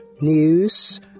news